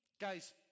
guys